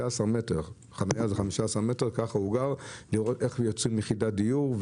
מטרים בחניה יראה איך יוצרים יחידת דיור.